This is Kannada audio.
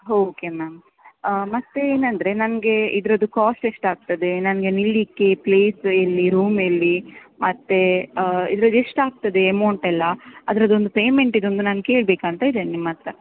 ಓಕೆ ಮ್ಯಾಮ್ ಮತ್ತೆ ಏನೆಂದರೆ ನನಗೆ ಇದರದ್ದು ಕಾಸ್ಟ್ ಎಷ್ಟಾಗ್ತದೆ ನನಗೆ ನಿಲ್ಲಲ್ಲಿಕ್ಕೆ ಪ್ಲೇಸ್ ಎಲ್ಲಿ ರೂಮ್ ಎಲ್ಲಿ ಮತ್ತು ಇದರದ್ದು ಎಷ್ಟಾಗ್ತದೆ ಅಮೌಂಟೆಲ್ಲ ಅದರದ್ದೊಂದು ಪೆಮೆಂಟಿದೊಂದು ನಾನು ಕೇಳಬೇಕಂತ ಇದ್ದೇನೆ ನಿಮ್ಮ ಹತ್ರ